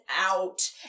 out